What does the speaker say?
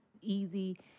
easy